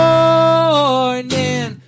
Morning